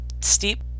steep